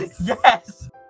Yes